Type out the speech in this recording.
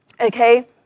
okay